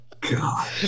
God